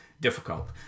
difficult